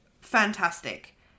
fantastic